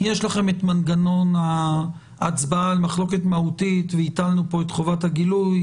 יש לכם את מנגנון ההצבעה על מחלוקת מהותית והטלנו פה את חובת הגילוי.